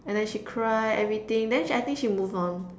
and then she cried everything then I think she moved on